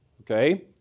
Okay